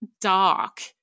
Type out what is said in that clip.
dark